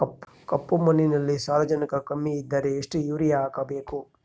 ಕಪ್ಪು ಮಣ್ಣಿನಲ್ಲಿ ಸಾರಜನಕ ಕಮ್ಮಿ ಇದ್ದರೆ ಎಷ್ಟು ಯೂರಿಯಾ ಹಾಕಬೇಕು?